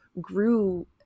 grew